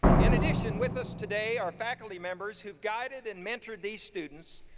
in addition, with us today are faculty members who've guided and mentored these students,